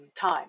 time